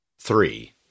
three